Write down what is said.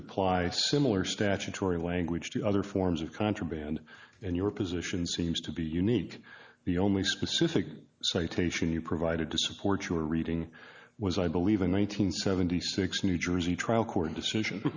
apply similar statutory language to other forms of contraband and your position seems to be unique the only specific citation you provided to support your reading was i believe in one nine hundred seventy six new jersey trial court decision